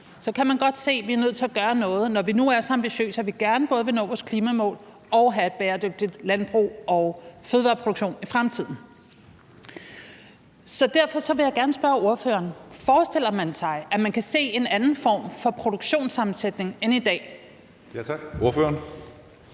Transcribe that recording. så kan man godt se, at vi er nødt til at gøre noget – når vi nu er så ambitiøse, at vi både gerne vil nå vores klimamål og have et bæredygtigt landbrug og en bæredygtig fødevareproduktion i fremtiden. Derfor vil jeg gerne spørge ordføreren: Forestiller man sig, at man kan se en anden form for produktionssammensætning end i dag? Kl. 10:38 Tredje